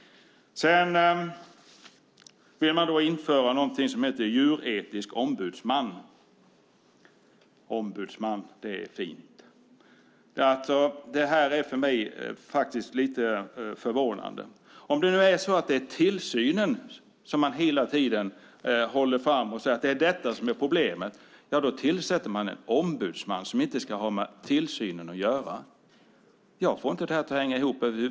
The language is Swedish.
Man vill införa något som heter djuretisk ombudsman. Ombudsman är fint. Det är faktiskt lite förvånande. Om det är tillsynen som man framhåller som problemet tillsätter man en ombudsman som inte ska ha med tillsynen att göra. Jag får inte det att hänga ihop.